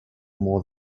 more